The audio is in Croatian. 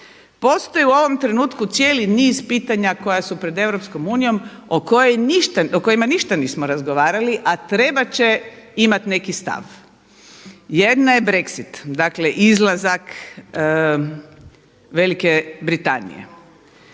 Postoji u ovom trenutku cijeli niz pitanja koja su pred EU o kojima ništa nismo razgovarali a trebat će imati neki stav. Jedna je Brexsit, dakle izlazak Velike Britanije.